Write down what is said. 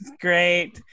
great